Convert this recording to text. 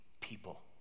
people